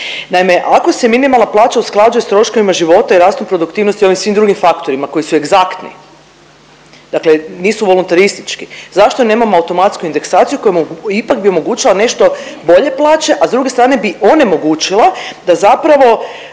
Naime, ako se minimalna plaća usklađuje se s troškovima života i rastu produktivnosti i ovim svim drugim faktorima koji su egzaktni, dakle nisu voluntaristički, zašto nemamo automatsku indeksaciju koja bi ipak omogućila nešto bolje plaće, a s druge strane bi onemogućila da zapravo